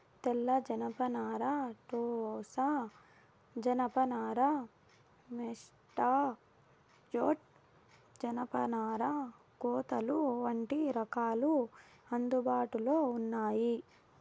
తెల్ల జనపనార, టోసా జానప నార, మేస్టా జూట్, జనపనార కోతలు వంటి రకాలు అందుబాటులో ఉన్నాయి